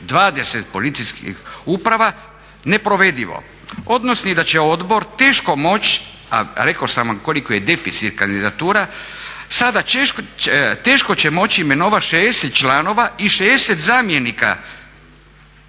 20 policijskih uprava, neprovedivo, odnosno da će odbor teško moći, a rekao sam koliki je deficit kandidatura, sada teško će moći imenovati 60 članova i 60 zamjenika